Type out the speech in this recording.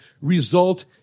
result